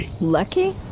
lucky